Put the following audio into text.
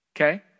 okay